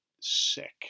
sick